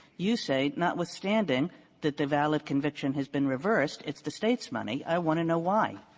you say notwithstanding that the valid conviction has been reversed, it's the state's money. i want to know why.